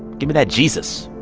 give me that jesus